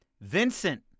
Vincent